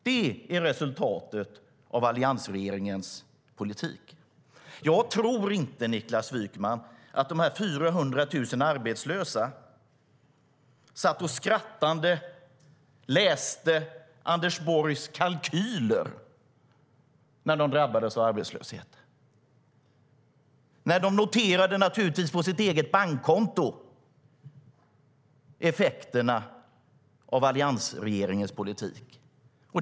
Det är resultatet av alliansregeringens politik. Jag tror inte, Niklas Wykman, att de 400 000 arbetslösa satt och läste Anders Borgs kalkyler skrattande när de drabbades av arbetslöshet. Nej, de noterade naturligtvis på sitt eget bankkonto effekterna av alliansregeringens politik.